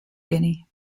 guinea